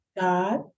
God